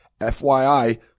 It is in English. FYI